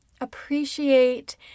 appreciate